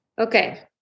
Okay